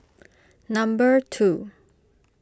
number two